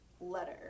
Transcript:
letter